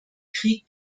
krieg